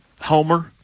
Homer